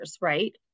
right